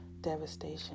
devastation